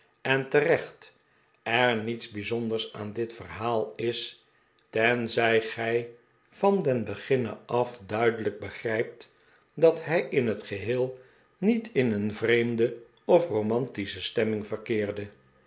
en terecht er niets bijzonders aan dit verhaal is tenzij gij van den beginne af duidelijk begrijpt dat hij in het geheel niet in een vreemde of romantische stemming verkeerde